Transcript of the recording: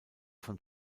von